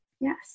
yes